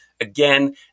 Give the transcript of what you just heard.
again